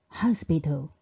hospital